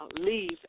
leave